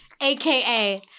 aka